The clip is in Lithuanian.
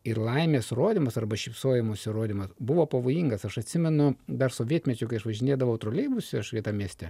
ir laimės rodymas arba šypsojimosi rodymas buvo pavojingas aš atsimenu dar sovietmečiu kai aš važinėdavau troleibuse šitam mieste